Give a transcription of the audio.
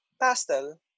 pastel